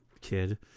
Kid